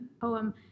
poem